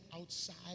outside